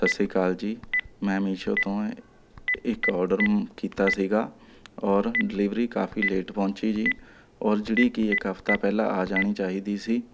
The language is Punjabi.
ਸਤਿ ਸ਼੍ਰੀ ਅਕਾਲ ਜੀ ਮੈਂ ਮੀਸ਼ੋ ਤੋਂ ਇੱਕ ਆਡਰ ਮ ਕੀਤਾ ਸੀਗਾ ਔਰ ਡਿਲੀਵਰੀ ਕਾਫ਼ੀ ਲੇਟ ਪਹੁੰਚੀ ਜੀ ਔਰ ਜਿਹੜੀ ਕਿ ਹੈ ਇੱਕ ਹਫ਼ਤਾ ਪਹਿਲਾਂ ਆ ਜਾਣੀ ਚਾਹੀਦੀ ਸੀ